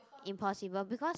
impossible because